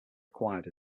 required